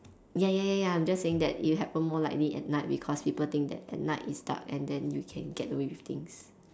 ya ya ya ya I'm just saying that it'll happen more likely at night because people think that at night is dark and then you can get away with things